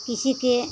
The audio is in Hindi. किसी के